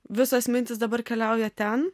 visos mintys dabar keliauja ten